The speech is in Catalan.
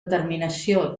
terminació